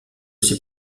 ses